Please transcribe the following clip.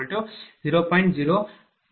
u